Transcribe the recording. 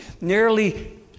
Nearly